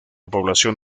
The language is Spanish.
población